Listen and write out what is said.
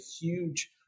huge